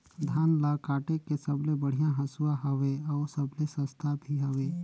धान ल काटे के सबले बढ़िया हंसुवा हवये? अउ सबले सस्ता भी हवे?